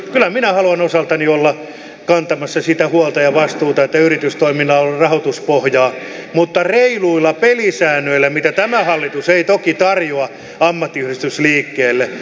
kyllä minä haluan osaltani olla kantamassa sitä huolta ja vastuuta että yritystoiminnalla on rahoituspohjaa mutta reiluilla pelisäännöillä mitä tämä hallitus ei toki tarjoa ammattiyhdistysliikkeelle